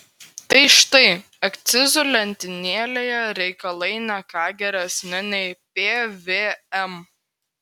tai štai akcizų lentynėlėje reikalai ne ką geresni nei pvm